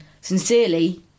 Sincerely